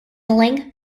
length